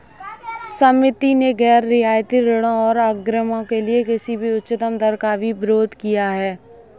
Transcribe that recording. समिति ने गैर रियायती ऋणों और अग्रिमों के लिए किसी भी उच्चतम दर का भी विरोध किया